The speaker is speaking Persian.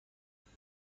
کرده